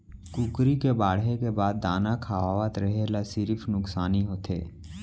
कुकरी के बाड़हे के बाद दाना खवावत रेहे ल सिरिफ नुकसानी होथे